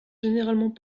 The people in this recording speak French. généralement